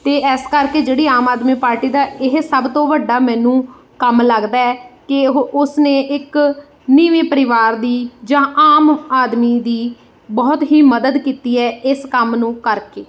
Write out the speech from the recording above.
ਅਤੇ ਇਸ ਕਰਕੇ ਜਿਹੜੀ ਆਮ ਆਦਮੀ ਪਾਰਟੀ ਦਾ ਇਹ ਸਭ ਤੋਂ ਵੱਡਾ ਮੈਨੂੰ ਕੰਮ ਲੱਗਦਾ ਹੈ ਕਿ ਉਹ ਉਸਨੇ ਇੱਕ ਨੀਵੇਂ ਪਰਿਵਾਰ ਦੀ ਜਾਂ ਆਮ ਆਦਮੀ ਦੀ ਬਹੁਤ ਹੀ ਮਦਦ ਕੀਤੀ ਹੈ ਇਸ ਕੰਮ ਨੂੰ ਕਰਕੇ